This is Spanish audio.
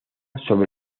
sobre